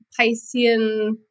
Piscean